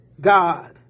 God